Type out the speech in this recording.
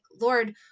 Lord